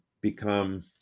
become